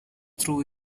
through